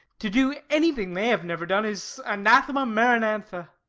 to do anything they have never done is anathema maranatha.